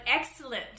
excellent